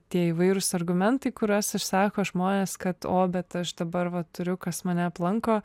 tie įvairūs argumentai kuriuos išsako žmonės kad o bet aš dabar va turiu kas mane aplanko